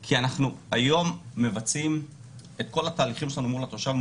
כי היום אנחנו מבצעים את כל התהליכים שלנו מול התושב,